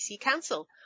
Council